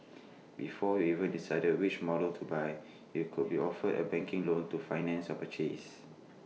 before you've even decided which models to buy you could be offered A banking loan to finance your purchase